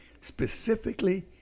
specifically